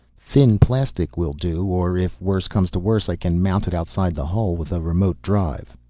thin plastic will do, or if worst comes to worst i can mount it outside the hull with a remote drive.